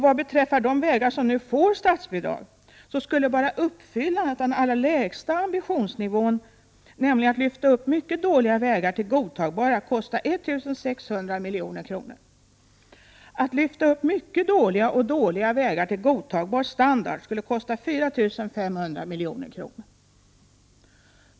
Vad beträffar de vägar som nu får statsbidrag, skulle bara uppfyllandet av den allra lägsta ambitionsnivån, nämligen att lyfta upp mycket dåliga vägar till godtagbar standard, kosta 1 600 milj.kr. Att lyfta upp mycket dåliga och dåliga vägar till godtagbar standard skulle kosta 4 500 milj.kr.